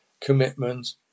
commitment